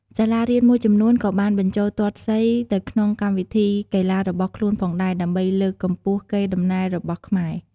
សាលារៀនមួយចំនួនក៏បានបញ្ចូលទាត់សីទៅក្នុងកម្មវិធីកីឡារបស់ខ្លួនផងដែរ ដើម្បីលើកកម្ពស់កេរដំណែលរបស់ខ្មែរ។